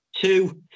Two